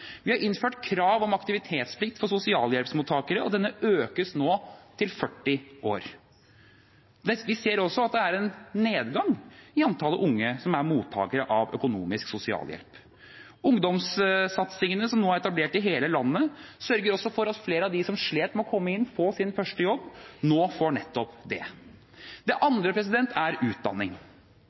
Vi har innført krav om aktivitetsplikt for sosialhjelpsmottakere, og den økes nå frem til fylte 40 år, men vi ser også at det er en nedgang i antall unge som er mottakere av økonomisk sosialhjelp. Ungdomssatsingene, som nå er etablert i hele landet, sørger også for at flere av dem som slet med å komme inn i sin første jobb, nå får nettopp det. Det andre er utdanning,